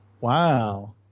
Wow